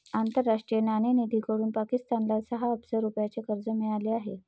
आंतरराष्ट्रीय नाणेनिधीकडून पाकिस्तानला सहा अब्ज रुपयांचे कर्ज मिळाले आहे